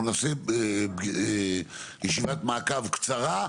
אנחנו נעשה ישיבת מעקב קצרה,